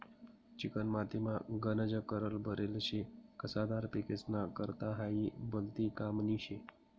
चिकनी मातीमा गनज कस भरेल शे, कसदार पिकेस्ना करता हायी भलती कामनी शे